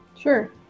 Sure